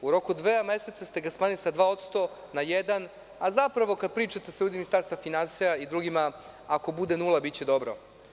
U roku od dva meseca ste ga smanjili sa 2% na 1%, a zapravo kada pričate sa ljudima iz Ministarstva finansija i drugima, ako bude nula, biće dobro.